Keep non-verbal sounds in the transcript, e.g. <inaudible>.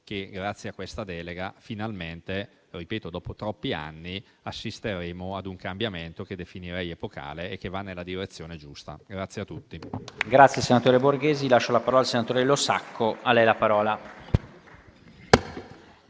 grazie a questa delega finalmente - ripeto, dopo troppi anni - assisteremo a un cambiamento che definirei epocale e che va nella direzione giusta. <applause>